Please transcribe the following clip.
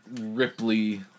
Ripley